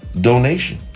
donation